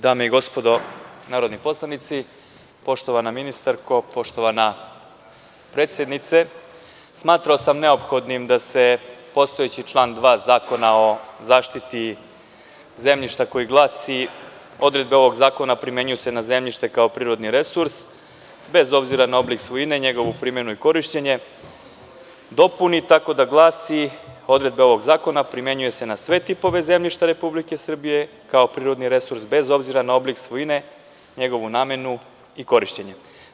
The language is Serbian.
dame i gospodo narodni poslanici, poštovana ministarko, poštovana predsednice, smatrao sam neophodnim da se postojeći član 2. Zakona o zaštiti zemljišta koji glasi – odredbe ovog zakona primenjuju se na zemljište kao prirodni resurs, bez obzira na oblik svojine njegovu primenu i korišćenje dopuni, tako da glasi – odredbe ovog zakona primenjuje se na sve tipove zemljišta Republike Srbije kao prirodni resurs bez obzira na oblik svojine, njegovu namenu i korišćenje.